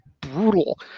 brutal